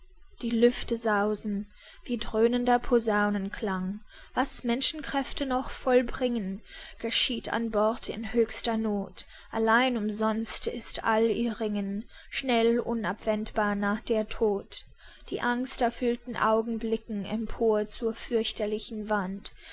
die lüfte sausen wie dröhnender posaunenklang was menschenkräfte noch vollbringen geschieht an bord in höchster noth allein umsonst ist all ihr ringen schnell unabwendbar naht der tod die angsterfüllten augen blicken empor zur fürchterlichen wand